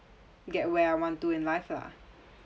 get where I want to in life lah